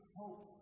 hope